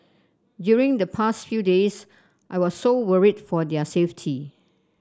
during the past few days I was so worried for their safety